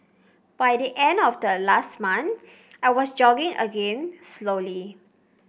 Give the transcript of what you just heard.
by the end of last month I was jogging again slowly